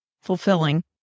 fulfilling